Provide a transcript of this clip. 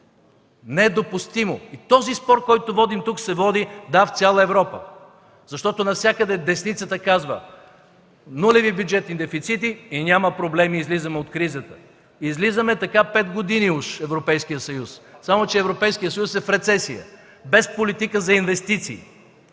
Не е допустимо! Този спор, който водим тук, се води в цяла Европа. Навсякъде десницата казва: „Нулеви бюджетни дефицити и няма проблеми – излизаме от кризата”. Излизаме така пет години, уж – Европейският съюз, само че Европейският съюз е в рецесия. Без политика за инвестиции,